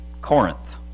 Corinth